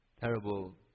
terrible